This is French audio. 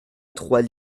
trois